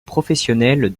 professionnelle